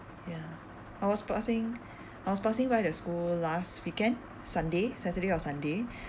ya I was passing I was passing by the school last weekend sunday saturday or sunday